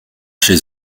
chez